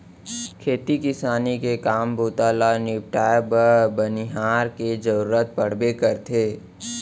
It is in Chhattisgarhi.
खेती किसानी के काम बूता ल निपटाए बर बनिहार के जरूरत पड़बे करथे